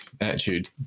attitude